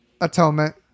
atonement